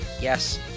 Yes